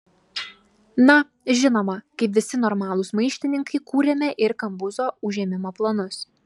na žinoma kaip visi normalūs maištininkai kūrėme ir kambuzo užėmimo planus